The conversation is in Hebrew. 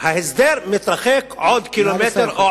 ההסדר מתרחק עוד קילומטר, נא לסיים.